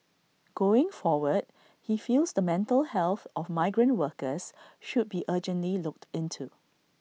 going forward he feels the mental health of migrant workers should be urgently looked into